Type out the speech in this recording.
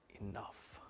enough